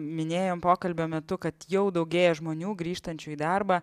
minėjom pokalbio metu kad jau daugėja žmonių grįžtančių į darbą